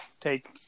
take